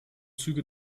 züge